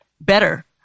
better